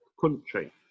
country